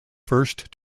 first